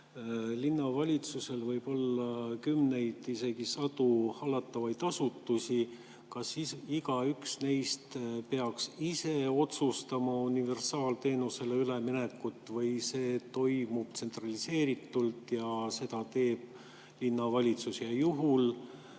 Linnavalitsusel võib olla kümneid, isegi sadu hallatavaid asutusi. Kas igaüks neist peaks ise otsustama universaalteenusele ülemineku või see toimub tsentraliseeritult ja seda teeb linnavalitsus? Ja juhul